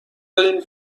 داریم